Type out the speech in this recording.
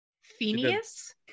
phineas